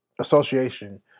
association